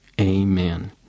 amen